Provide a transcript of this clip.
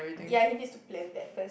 ya he needs to plan that first